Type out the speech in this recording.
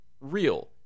real